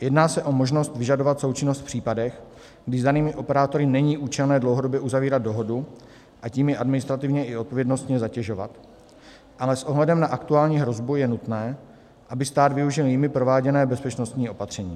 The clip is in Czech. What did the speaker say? Jedná se o možnost vyžadovat součinnost v případech, kdy s danými operátory není účelné dlouhodobě uzavírat dohodu, a tím je administrativně i odpovědnostně zatěžovat, ale s ohledem na aktuální hrozbu je nutné, aby stát využil jimi prováděné bezpečnostní opatření.